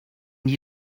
die